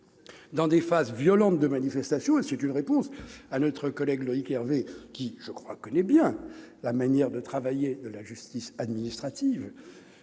-dans des phases violentes de manifestation. C'est là une réponse à notre collègue Loïc Hervé, qui connaît bien la manière de travailler de la justice administrative.